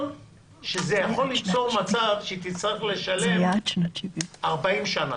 שזה יכול ליצור מצב שהיא תצטרך לשלם 40 שנה,